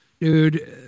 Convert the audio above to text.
Dude